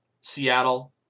Seattle